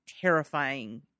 terrifying